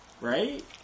Right